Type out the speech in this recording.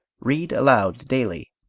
read aloud daily,